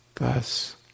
Thus